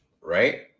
Right